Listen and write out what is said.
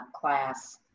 class